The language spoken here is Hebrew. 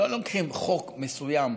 לא לוקחים חוק מסוים,